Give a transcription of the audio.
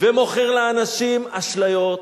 ומוכר לאנשים אשליות,